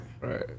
Right